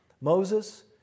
Moses